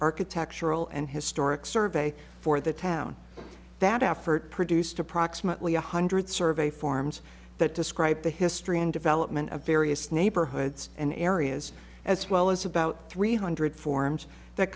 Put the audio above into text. architectural and historic survey for the town that effort produced approximately one hundred survey forms that describe the history and development of various neighborhoods and areas as well as about three hundred forms that